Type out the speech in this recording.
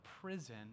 prison